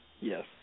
Yes